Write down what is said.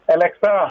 Alexa